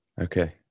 Okay